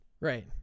Right